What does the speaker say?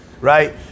right